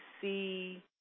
see